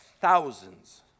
thousands